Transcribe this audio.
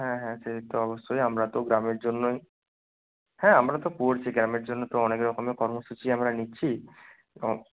হ্যাঁ হ্যাঁ সে তো অবশ্যই আমরা তো গ্রামের জন্যই হ্যাঁ আমরা তো করছি গ্রামের জন্য তো অনেক রকমের কর্মসূচিই আমরা নিচ্ছি তো